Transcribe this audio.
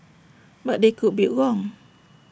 but they could be wrong